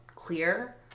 Clear